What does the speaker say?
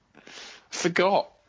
Forgot